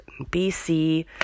BC